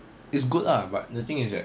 it's good lah but the thing is that